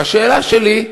והשאלה שלי: